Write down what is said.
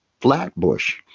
Flatbush